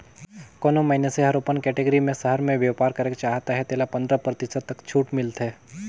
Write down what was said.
कोनो मइनसे हर ओपन कटेगरी में सहर में बयपार करेक चाहत अहे तेला पंदरा परतिसत तक छूट मिलथे